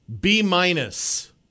B-minus